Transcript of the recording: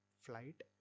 flight